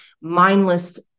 mindless